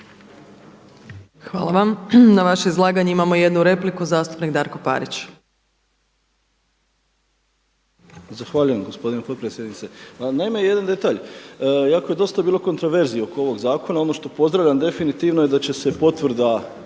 Hvala vam. Na vaše izlaganje imamo jednu repliku, zastupnik Darko Parić.